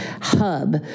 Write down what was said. hub